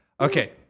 Okay